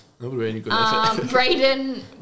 Brayden